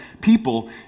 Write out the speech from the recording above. people